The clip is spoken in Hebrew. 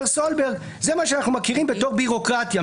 זה מה שאנחנו מכירים בתור בירוקרטיה,